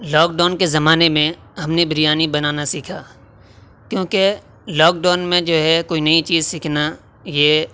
lock down کے زمانے میں ہم نے بریانی بنانا سیکھا کیونکہ لاک ڈاؤن میں جو ہے کوئی نئی چیز سیکھنا یہ